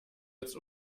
jetzt